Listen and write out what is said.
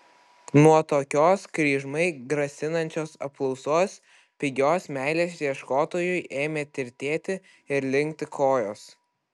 nuo tokios kryžmai grasinančios apklausos pigios meilės ieškotojui ėmė tirtėti ir linkti kojos